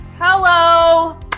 Hello